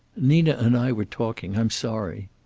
nina and i were talking. i'm sorry.